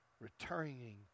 returning